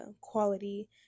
quality